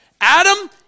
Adam